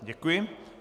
Děkuji.